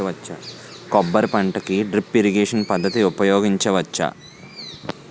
కొబ్బరి పంట కి డ్రిప్ ఇరిగేషన్ పద్ధతి ఉపయగించవచ్చా?